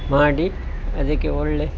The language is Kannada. ಮಾಡಿ ಅದಕ್ಕೆ ಒಳ್ಳೆಯ